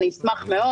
אני אשמח מאוד.